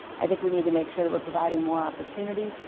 i think we need to make sure that we're providing more opportunity.